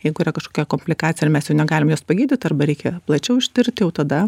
jeigu yra kažkokia komplikacija ir mes jau negalime jos pagydyt arba reikia plačiau ištirti jau tada